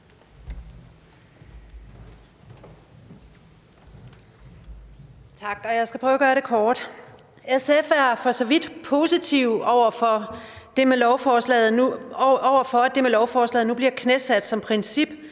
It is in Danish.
SF er for så vidt positivt stemt over for, at det med lovforslaget nu bliver knæsat som princip